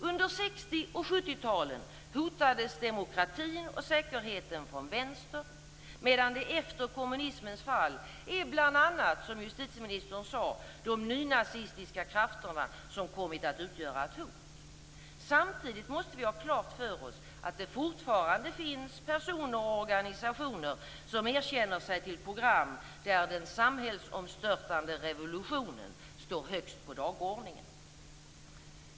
Under 60 och 70-talen hotades demokratin och säkerheten från vänster, medan det efter kommunismens fall, som justitieministern sade, bl.a. är de nynazistiska krafterna som kommit att utgöra ett hot. Samtidigt måste vi ha klart för oss att det fortfarande finns personer och organisationer som bekänner sig till program där den samhällsomstörtande revolutionen står högst på dagordningen.